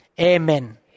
Amen